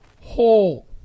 whole